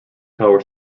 tower